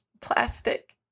plastic